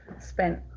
spent